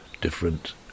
Different